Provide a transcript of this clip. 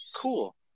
Cool